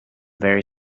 very